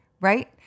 Right